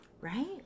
Right